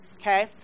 okay